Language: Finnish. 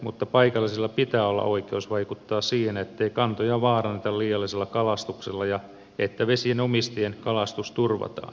mutta paikallisilla pitää olla oikeus vaikuttaa siihen ettei kantoja vaaranneta liiallisella kalastuksella ja että vesienomistajien kalastus turvataan